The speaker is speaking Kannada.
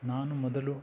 ನಾನು ಮೊದಲು